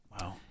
Wow